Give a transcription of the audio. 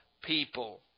people